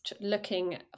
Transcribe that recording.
looking